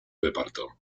reparto